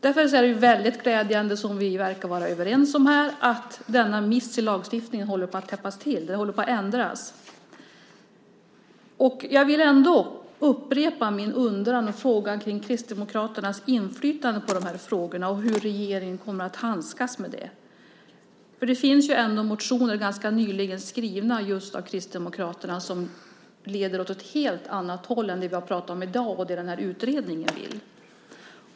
Därför är det väldigt glädjande att denna miss, som vi verkar vara överens om här, i lagstiftningen håller på att täppas till - det håller på att ändras. Jag vill dock ändå upprepa min fråga om Kristdemokraternas inflytande på de här frågorna och om hur regeringen kommer att handskas med det. Det finns ju ändå motioner som skrivits ganska nyligen av just Kristdemokraterna och som leder åt ett helt annat håll än det vi har pratat om i dag och vad den här utredningen vill.